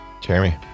Jeremy